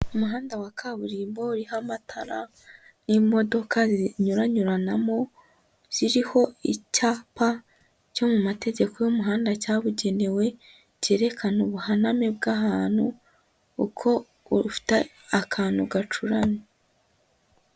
Umuhanda wa kaburimbo uruho amatara n'imodoka zinyuranyuranamo ziriho icyapa cyo mu mategeko y'umuhanda cyabugenewe cyerekana ubuhaname bw'ahantu, uko ufite akantu gacuramye,